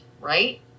right